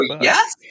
Yes